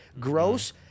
gross